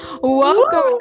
Welcome